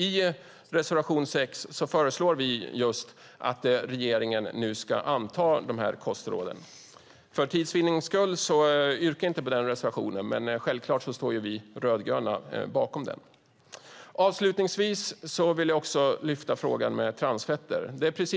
I reservation 6 föreslår vi att regeringen nu ska anta dessa kostråd. För tids vinnande yrkar jag inte bifall till denna reservation, men självklart står vi rödgröna bakom den. Avslutningsvis vill jag också lyfta fram frågan om transfetter.